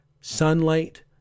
sunlight